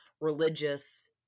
religious